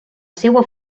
seua